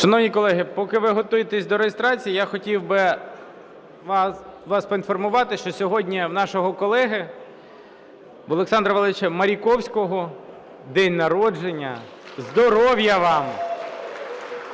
Шановні колеги, поки ви готуєтесь до реєстрації, я хотів би вас поінформувати, що сьогодні у нашого колеги Олександра Валерійовича Маріковського день народження. (Оплески) Здоров'я вам